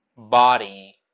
body